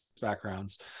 backgrounds